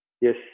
Yes